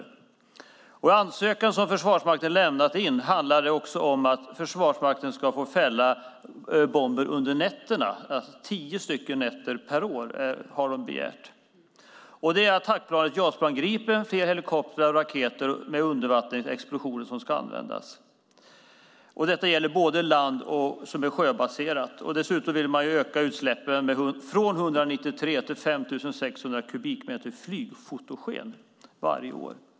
Enligt den ansökan som Försvarsmakten lämnat in handlar det också om att man ska få fälla bomber under nätterna. Man har begärt att få göra det under tio nätter per år. Det är attackplan JAS 39 Gripen, fler helikoptrar och raketer med undervattensexplosioner som ska användas. Detta är både land och sjöbaserat. Dessutom vill man öka utsläppen från 193 till 5 600 kubikmeter flygfotogen varje år.